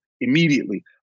immediately